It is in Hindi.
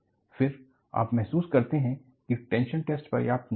फिर आप महसूस करते हैं कि टेंशन टेस्ट पर्याप्त नहीं है